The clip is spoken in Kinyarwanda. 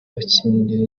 akingira